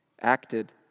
acted